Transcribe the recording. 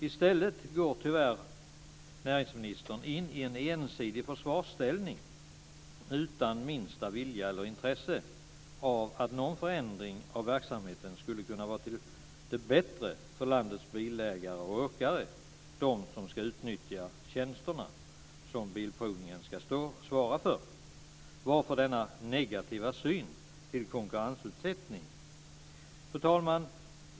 I stället går näringsministern tyvärr in i en ensidig försvarsställning, utan minsta vilja eller intresse av att någon förändring av verksamheten skulle kunna vara till det bättre för landets bilägare och åkare, dvs. de som ska utnyttja de tjänster som Bilprovningen ska svara för. Varför denna negativa syn på konkurrensutsättning? Fru talman!